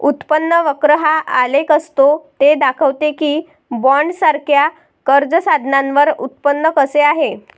उत्पन्न वक्र हा आलेख असतो ते दाखवते की बॉण्ड्ससारख्या कर्ज साधनांवर उत्पन्न कसे आहे